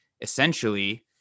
essentially